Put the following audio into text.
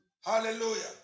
Hallelujah